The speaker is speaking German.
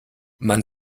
man